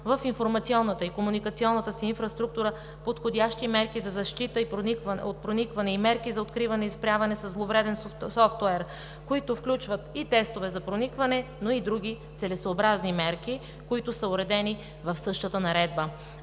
в информационната и комуникационната си инфраструктура подходящи мерки за защита от проникване и мерки за откриване и справяне със зловреден софтуер, които включват и тестове за проникване, но и други целесъобразни мерки, които са уредени в същата наредба.